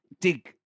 dig